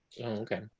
okay